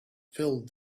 filled